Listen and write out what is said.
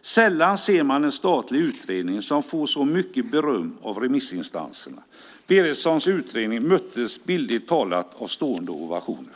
Sällan ser man en statlig utredning som får så mycket beröm av remissinstanserna. Birgerssons utredning möttes, bildligt talat, av stående ovationer.